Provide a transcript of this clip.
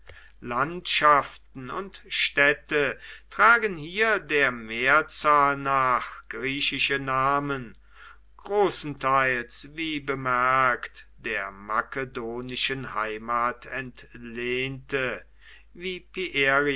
landschaften und städte tragen hier der mehrzahl nach griechische namen großenteils wie bemerkt der makedonischen heimat entlehnte wie